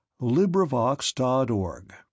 LibriVox.org